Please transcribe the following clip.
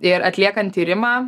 ir atliekant tyrimą